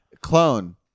Clone